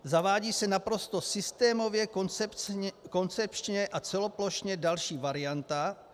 Zavádí se naprosto systémově, koncepčně a celoplošně další varianta.